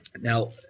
Now